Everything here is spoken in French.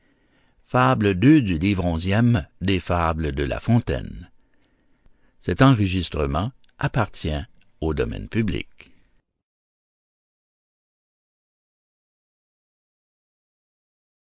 de la fontaine